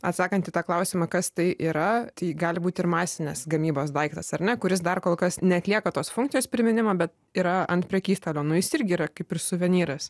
atsakant į tą klausimą kas tai yra tai gali būt ir masinės gamybos daiktas ar ne kuris dar kol kas neatlieka tos funkcijos priminimo bet yra ant prekystalio nu jis irgi yra kaip ir suvenyras